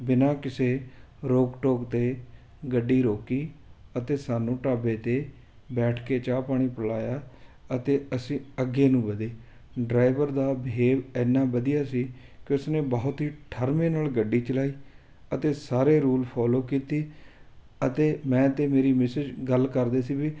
ਬਿਨਾਂ ਕਿਸੇ ਰੋਕ ਟੋਕ ਤੋਂ ਗੱਡੀ ਰੋਕੀ ਅਤੇ ਸਾਨੂੰ ਢਾਬੇ 'ਤੇ ਬੈਠ ਕੇ ਚਾਹ ਪਾਣੀ ਪਿਲਾਇਆ ਅਤੇ ਅਸੀਂ ਅੱਗੇ ਨੂੰ ਵਧੇ ਡਰਾਇਵਰ ਦਾ ਬਿਹੇਵ ਐਨਾ ਵਧੀਆ ਸੀ ਕਿ ਉਸਨੇ ਬਹੁਤ ਹੀ ਠਰਮੇ ਨਾਲ ਗੱਡੀ ਚਲਾਈ ਅਤੇ ਸਾਰੇ ਰੂਲ ਫੋਲੋ ਕੀਤੇ ਅਤੇ ਮੈਂ ਅਤੇ ਮੇਰੀ ਮਿਸਿਜ਼ ਗੱਲ ਕਰਦੇ ਸੀ ਵੀ